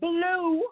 Blue